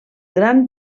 gran